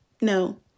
No